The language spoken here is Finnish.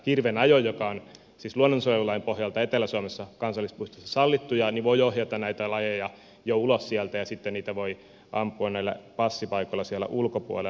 tämä hirvenajo joka on siis luonnonsuojelulain pohjalta etelä suomessa kansallispuistoissa sallittua voi ohjata näitä lajeja ulos sieltä ja sitten niitä voi ampua näillä passipaikoilla siellä ulkopuolella